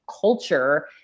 culture